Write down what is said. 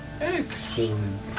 Excellent